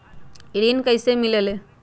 ऋण कईसे मिलल ले?